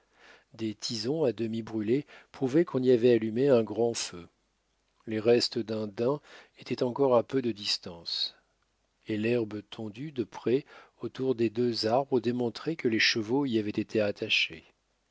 des tisons à demi brûlés prouvaient qu'on y avait allumé un grand feu les restes d'un daim étaient encore à peu de distance et l'herbe tondue de près autour des deux arbres démontrait que les chevaux y avaient été attachés